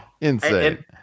insane